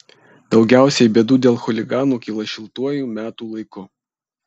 daugiausiai bėdų dėl chuliganų kyla šiltuoju metų laiku